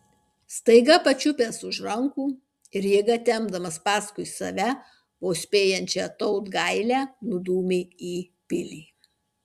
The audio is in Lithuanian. staiga pačiupęs už rankų ir jėga tempdamas paskui save vos spėjančią tautgailę nudūmė į pilį